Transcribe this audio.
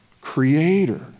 creator